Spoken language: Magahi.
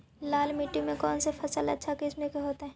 लाल मिट्टी में कौन से फसल अच्छा किस्म के होतै?